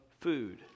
food